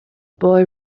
boy